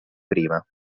prima